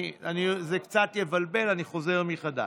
זה קצת יבלבל, אני חוזר מחדש.